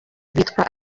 bitwa